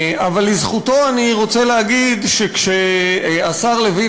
אבל לזכותו אני רוצה להגיד שכשהשר לוין,